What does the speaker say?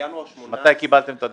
מתי קיבלתם את הנתונים?